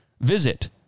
Visit